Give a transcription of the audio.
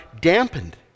dampened